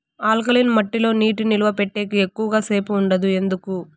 alkaline మట్టి లో నీటి నిలువ పెట్టేకి ఎక్కువగా సేపు ఉండదు ఎందుకు